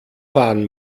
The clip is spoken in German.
fahren